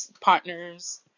partners